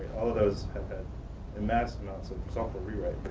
all of those have had a maximum software rewrite.